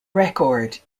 record